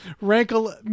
rankle